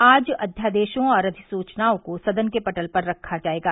आज अध्यादेशों और अधिसुचनाओं को सदन के पटल पर रखा जायेगा